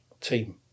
team